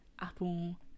Apple